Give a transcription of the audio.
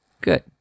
Good